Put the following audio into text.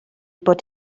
bod